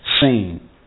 seen